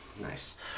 Nice